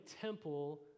temple